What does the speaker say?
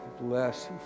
Bless